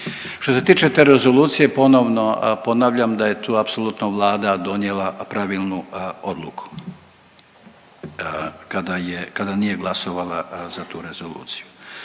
Što se tiče te rezolucije ponovno ponavljam da je tu apsolutno Vlada donijela pravilnu odluku kada je, kada nije glasovala za tu rezoluciju.